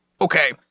Okay